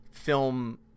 Film